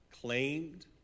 claimed